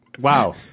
Wow